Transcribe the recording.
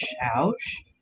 Ouch